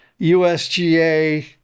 USGA